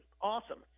awesome